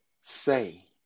say